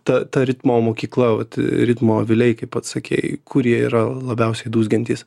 ta ta ritmo mokykla vat ritmo aviliai kaip pats sakei kur jie yra labiausiai dūzgiantys